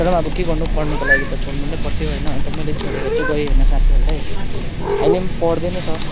तर पनि अब के गर्नु पढ्नुको लागि त छोडनु नै पर्थ्यो होइन अन्त मैले छोडेर चाहिँ गएँ होइन साथीहरूलाई अहिले पनि पढ्दै नै छ